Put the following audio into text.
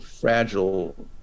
fragile